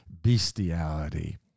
bestiality